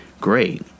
Great